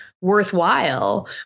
worthwhile